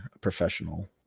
professional